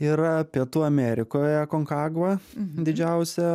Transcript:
yra pietų amerikoje konkagva didžiausia